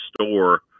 store